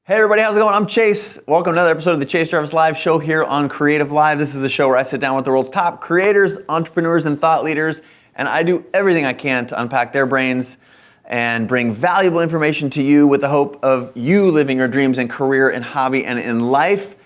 everybody, how's it going? i'm chase, welcome to another episode of the chase jarvis live show here on creativelive. this is a show where i sit down with the world's top creators, entrepreneurs and thought leaders and i do everything i can to unpack their brains and bring'valuable information to you with the hope of you living your dreams and career and hobby and in life.